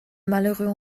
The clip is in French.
malheureux